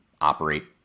operate